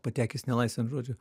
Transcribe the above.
patekęs nelaisvėn žodžiu